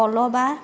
কলহ বা